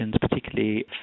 particularly